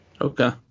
Okay